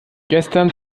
gestern